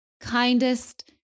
kindest